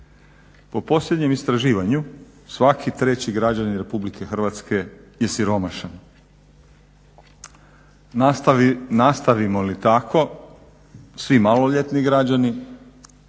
Po posljednjem istraživanju svaki treći građanin Republike Hrvatske je siromašan. Nastavimo li tako svi maloljetni građani,